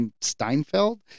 Steinfeld